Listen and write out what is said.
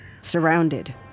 surrounded